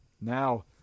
Now